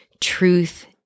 truth